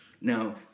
Now